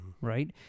right